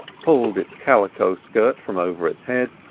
pulled its calico skirt from over its head,